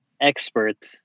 expert